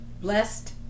blessed